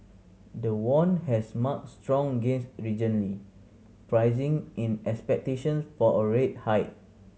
the won has marked strong gains pricing in expectations for a rate hike